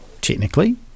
technically